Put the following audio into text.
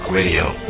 radio